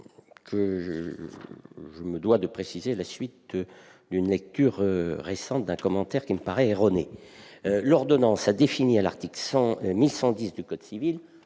un point, à la suite de la lecture récente d'un commentaire qui me paraît erroné. L'ordonnance a défini à l'article 1110 du code civil